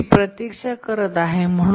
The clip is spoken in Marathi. ती प्रतीक्षा करत आहे म्हणून